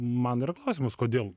man yra klausimas kodėl